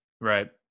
Right